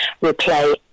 replay